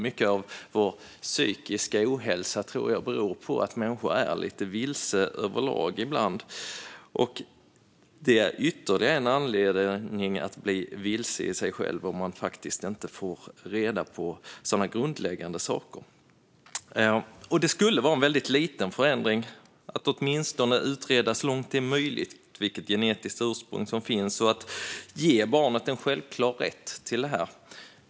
Mycket av vår psykiska ohälsa tror jag beror på att människor ibland är lite vilsna överlag, och det är ytterligare en anledning att bli vilse i sig själv att inte få reda på sådana grundläggande saker. Det skulle vara en väldigt liten förändring att åtminstone utreda så långt det är möjligt vilket genetiskt ursprung som finns och att ge barnet en självklar rätt till det.